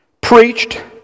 preached